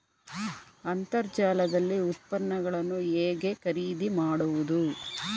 ಅಂತರ್ಜಾಲದಲ್ಲಿ ಉತ್ಪನ್ನಗಳನ್ನು ಹೇಗೆ ಖರೀದಿ ಮಾಡುವುದು?